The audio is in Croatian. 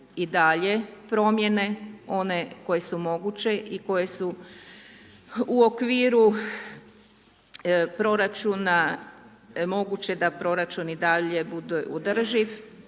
i dalje promjene, one koje su moguće i koje su u okviru proračuna moguće da proračun i dalje bude održiv